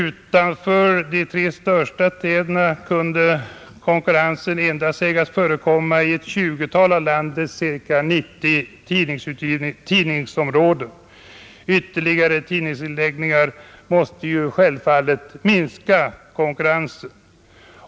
Utanför de tre största städerna kunde konkurrens sägas förekomma endast i ett tjugotal av landets cirka 90 tidningsområden. Ytterligare tidningsnedläggningar måste självfallet minska konkurrensen.